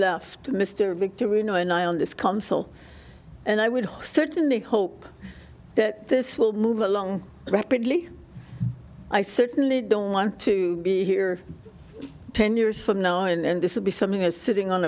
left mr victory you know and i own this console and i would certainly hope that this will move along reputably i certainly don't want to be here ten years from now and this will be something is sitting on